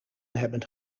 hebben